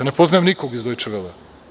Ne poznajem nikog iz „Dojče velea“